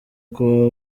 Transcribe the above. kuba